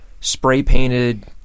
spray-painted